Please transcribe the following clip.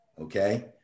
Okay